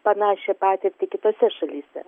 panašią patirtį kitose šalyse